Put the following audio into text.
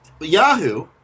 Yahoo